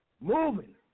Moving